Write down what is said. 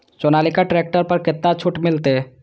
Sonalika tractor पर केतना छूट मिलते?